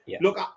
Look